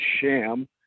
sham